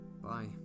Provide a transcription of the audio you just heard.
Bye